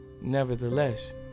Nevertheless